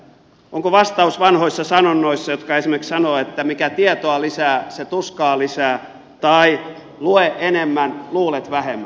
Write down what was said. onko vastaus vanhoissa sanonnoissa jotka esimerkiksi sanovat että mikä tietoa lisää se tuskaa lisää tai lue enemmän luulet vähemmän